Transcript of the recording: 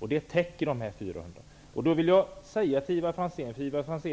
De föreslagna 400 kr per bil och år täcker det beloppet.